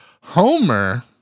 Homer